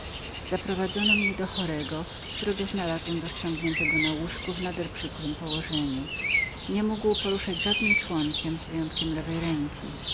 zaprowadzono mnie do chorego którego znalazłem rościągniętego na łóżku w nader przykrem położeniu i niemogącego poruszać żadnym członkiem wyjąwszy lewej ręki